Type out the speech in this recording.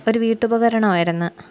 ഒരു വീട്ടുപകരണമായിരുന്നു